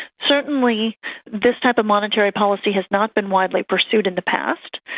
certainly this type of monetary policy has not been widely pursued in the past,